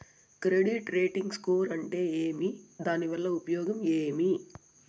Credit rating score అంటే ఏమి దాని వల్ల ఉపయోగం ఏమి?